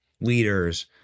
leaders